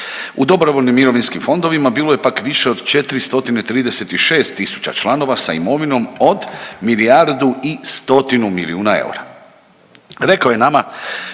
U dobrovoljnim mirovinskim fondovima bilo je pak više od 436 tisuća članova sa imovinom od milijardu i stotinu milijuna eura.